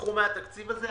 לקחו מהתקציב הזה?